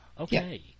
okay